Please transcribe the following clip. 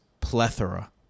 plethora